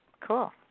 Cool